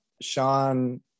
Sean